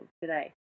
today